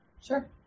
Sure